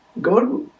God